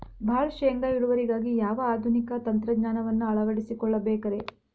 ಭಾಳ ಶೇಂಗಾ ಇಳುವರಿಗಾಗಿ ಯಾವ ಆಧುನಿಕ ತಂತ್ರಜ್ಞಾನವನ್ನ ಅಳವಡಿಸಿಕೊಳ್ಳಬೇಕರೇ?